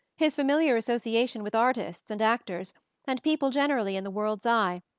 his familiar association with artists and actors and people generally in the world's eye,